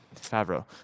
Favreau